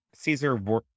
Caesar